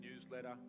newsletter